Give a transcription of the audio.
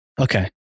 Okay